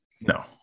No